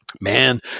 Man